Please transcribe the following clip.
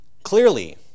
Clearly